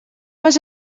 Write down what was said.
vas